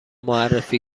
معرفی